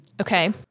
Okay